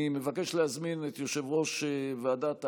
אני מבקש להזמין את יושב-ראש ועדת העלייה,